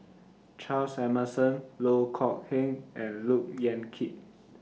Charles Emmerson Loh Kok Heng and Look Yan Kit